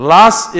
Last